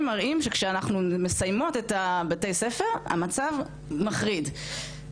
מראים שכשאנחנו מסיימות את בתי הספר המצב מחריד.